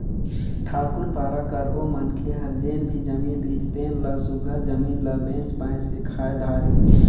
ठाकुर पारा कर ओ मनखे हर जेन भी जमीन रिहिस तेन ल सुग्घर जमीन ल बेंच बाएंच के खाए धारिस